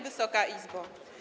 Wysoka Izbo!